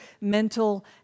mental